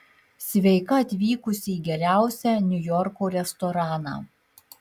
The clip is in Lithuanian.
sveika atvykusi į geriausią niujorko restoraną